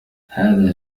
هذا